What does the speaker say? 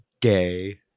gay